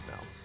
now